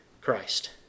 Christ